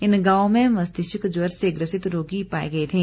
इन गांवों में मस्तिष्क ज्वर से ग्रसित रोगी पाए गए थे